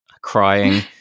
crying